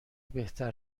بهتر